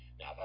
Now